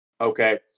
Okay